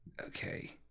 okay